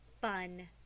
fun